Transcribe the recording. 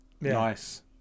Nice